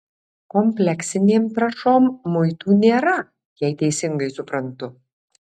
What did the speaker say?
kompleksinėm trąšom muitų nėra jei teisingai suprantu